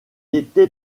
était